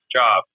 job